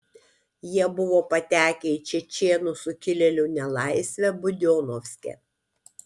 jie buvo patekę į čečėnų sukilėlių nelaisvę budionovske